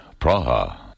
Praha